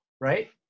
right